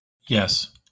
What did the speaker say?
Yes